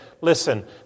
listen